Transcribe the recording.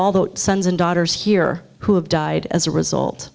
all the sons and daughters here who have died as a result